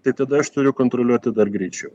tai tada aš turiu kontroliuoti dar greičiau